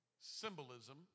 Symbolism